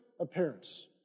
appearance